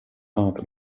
hart